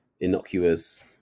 innocuous